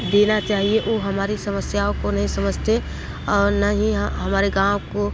देना चाहिए वो हमारी समस्याओं को नहीं समझते और न ही हमारे गाँव को